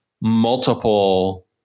multiple